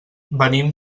venim